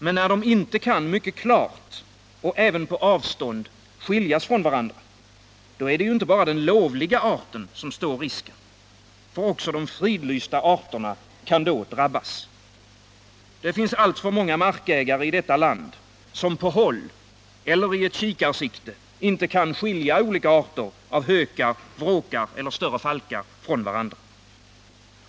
Men när de inte mycket klart, och även på avstånd, kan skiljas från varandra är det inte bara den lovliga arten som står risken. Också de fridlysta arterna kan då drabbas. Det finns alltför många markägare i detta land som på håll eller i ett kikarsikte inte kan skilja olika arter av hökar, vråkar eller större falkar från varandra.